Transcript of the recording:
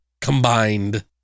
combined